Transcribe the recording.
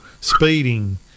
speeding